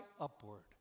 upward